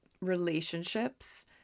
relationships